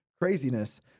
craziness